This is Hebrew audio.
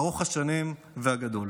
ארוך השנים והגדול,